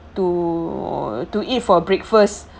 to to eat for breakfast